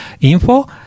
info